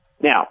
Now